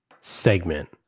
segment